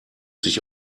sich